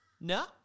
No